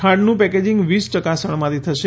ખાંડનું packaging વીસ ટકા શણમાંથી થશે